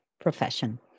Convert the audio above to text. profession